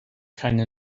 keine